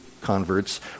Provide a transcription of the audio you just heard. converts